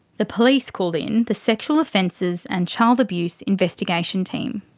the police called in the sexual offences and child abuse investigation team.